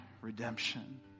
redemption